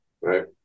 right